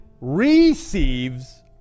receives